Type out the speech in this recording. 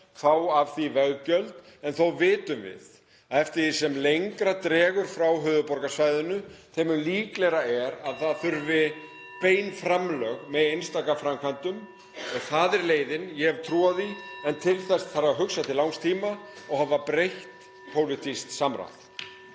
fá af því veggjöld. En þó vitum við að eftir því sem lengra dregur frá höfuðborgarsvæðinu þeim mun líklegra er að það þurfi bein framlög með einstaka framkvæmdum. Það er leiðin. Ég hef trú á því. En til þess þarf að hugsa til langs tíma og hafa breitt pólitískt samráð.